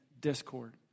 discord